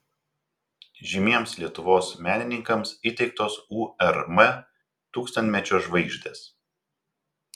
žymiems lietuvos menininkams įteiktos urm tūkstantmečio žvaigždės